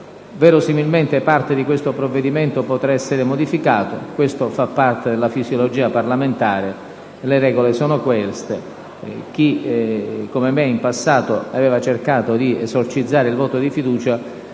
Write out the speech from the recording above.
Verosimilmente parte di questo provvedimento potrà essere modificata, ma questo fa parte della fisiologia parlamentare: le regole sono queste. Chi come me in passato aveva cercato di esorcizzare il voto di fiducia,